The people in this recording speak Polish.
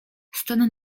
stan